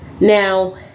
now